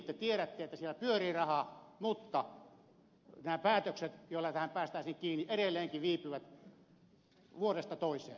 te tiedätte että siellä pyörii rahaa mutta nämä päätökset joilla tähän päästäisiin kiinni edelleenkin viipyvät vuodesta toiseen